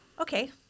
okay